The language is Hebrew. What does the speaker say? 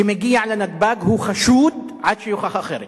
שאפילו הפך להיות חלק ממסורת משפחתית,